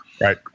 Right